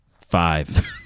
five